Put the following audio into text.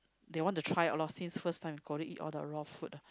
they want to try a lot since first time in Korea eat all the raw food ah